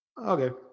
Okay